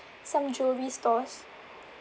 some jewelry stores